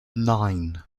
nine